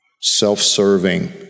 self-serving